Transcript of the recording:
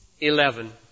Eleven